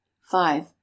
Five